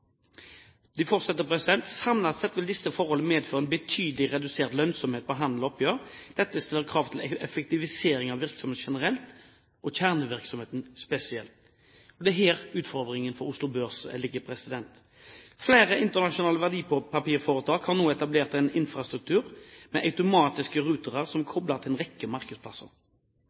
De fortsetter: «Samlet sett vil disse forholdene medføre en betydelig redusert lønnsomhet på handel og oppgjør. Dette stiller krav til effektivisering av virksomhetene generelt, og kjernevirksomheten spesielt.» Det er her utfordringen ligger for Oslo Børs. Flere internasjonale verdipapirforetak har nå etablert en infrastruktur med automatiske routere som er koblet til en rekke markedsplasser.